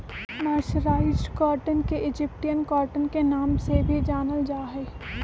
mercerised cotton के Egyptian cotton के नाम से भी जानल जा हई